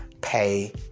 pay